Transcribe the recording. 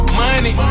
money